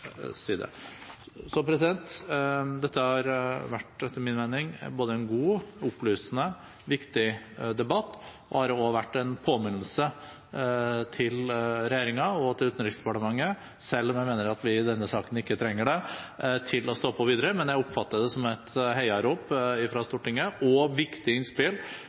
side. Dette har etter min mening vært en både god, opplysende og viktig debatt, og det har også vært en påminnelse til regjeringen og til Utenriksdepartementet – selv om jeg mener at vi i denne saken ikke trenger det – om å stå på videre. Jeg oppfatter det som et heiarop fra Stortinget, og som viktige innspill.